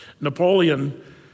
Napoleon